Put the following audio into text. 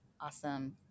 awesome